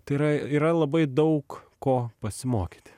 tai yra yra labai daug ko pasimokyti